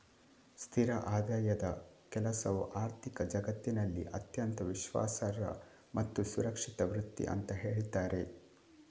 ಸ್ಥಿರ ಆದಾಯದ ಕೆಲಸವು ಆರ್ಥಿಕ ಜಗತ್ತಿನಲ್ಲಿ ಅತ್ಯಂತ ವಿಶ್ವಾಸಾರ್ಹ ಮತ್ತು ಸುರಕ್ಷಿತ ವೃತ್ತಿ ಅಂತ ಹೇಳ್ತಾರೆ